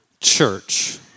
church